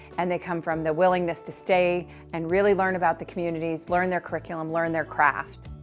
and they come from the willingness to stay and really learn about the communities, learn their curriculum, learn their craft.